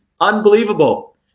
Unbelievable